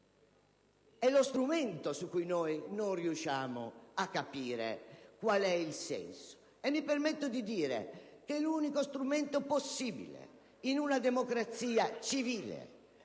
è lo strumento, di cui non riusciamo a capire il senso. Mi permetto di dire che l'unico strumento possibile in una democrazia civile è